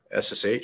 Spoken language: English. SSH